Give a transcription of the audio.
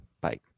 bye